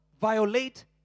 violate